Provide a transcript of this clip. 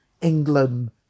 England